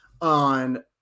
on